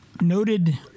noted